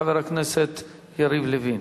חבר הכנסת יריב לוין.